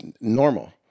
normal